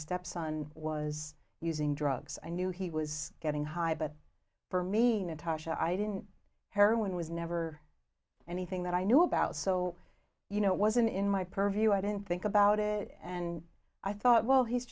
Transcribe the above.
stepson was using drugs i knew he was getting high but for me the tosh i didn't heroin was never anything that i knew about so you know it wasn't in my purview i didn't think about it and i thought well he's